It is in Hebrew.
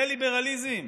זה ליברליזם?